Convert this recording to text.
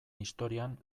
historian